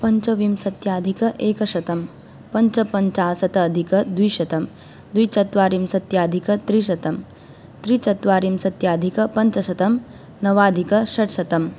पञ्चविंशत्यधिक एकशतं पञ्चपञ्चाशदधिकद्विशतं द्विचत्वारिंशदधिकत्रिशतं त्रिचत्वारिंशदधिकपञ्चशतं नवाधिकषट्शतम्